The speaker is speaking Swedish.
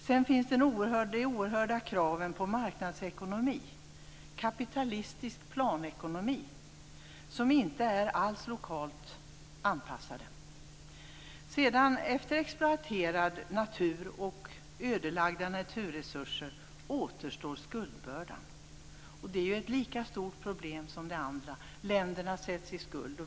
Sedan finns de oerhörda kraven på marknadsekonomi, kapitalistisk planekonomi, som inte är lokalt anpassade. Efter det att naturen har exploaterats och naturresurserna har ödelagts återstår skuldbördan. Det är ett lika stort problem som i övrigt, dvs. länderna sätts i skuld.